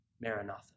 Maranatha